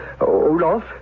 Olaf